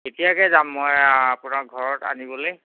কেতিয়াকে যাম মই আপোনাৰ ঘৰত আনিবলে